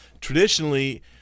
traditionally